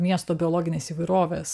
miesto biologinės įvairovės